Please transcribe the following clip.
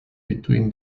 between